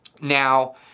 Now